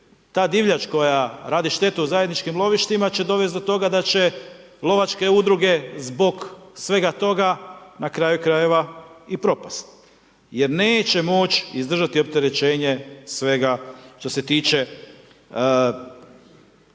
ta divljač koja radi štetu u zajedničkim lovištima će dovesti do toga da će lovačke udruge zbog svega toga na kraju krajeva i propasti jer neće moći izdržati opterećenje svega što se tiče tih